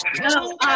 No